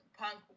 punk